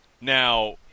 Now